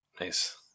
Nice